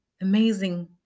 amazing